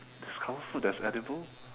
discover food that's edible